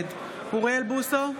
אוריאל בוסו,